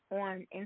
on